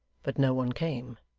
but no one came,